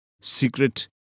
Secret